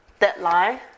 deadline